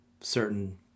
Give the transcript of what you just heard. certain